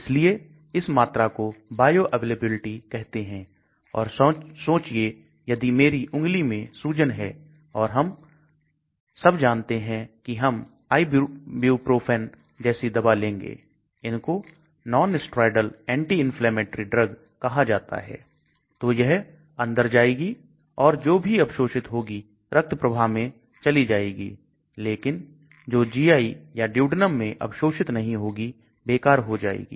इसलिए इस मात्रा को बायोअवेलेबिलिटी कहते हैं और सोचिए यदि मेरी उंगली में सूजन है और हम सब जानते हैं कि हम ibuprofen जैसी दवा लेंगे इनको non steroidal anti inflammatory drug कहां जाता है तो यह अंदर आएगी और जो भी अवशोषित होगी रक्त प्रवाह में चली जाएगी लेकिन जो GI या Duodenum मैं अवशोषित नहीं होगी बेकार हो जाएगी